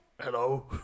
Hello